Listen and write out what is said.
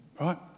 right